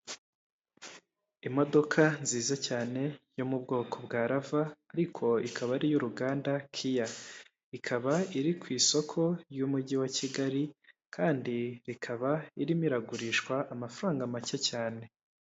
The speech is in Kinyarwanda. Imodoka nziza cyane yo mu bwoko bwa lava ariko ikaba ari iy'uruganda kiya ikaba iri ku isoko ry'umujyi wa kigali kandi rikaba irimo iragurishwa amafaranga make cyane.